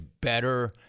better